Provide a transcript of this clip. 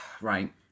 right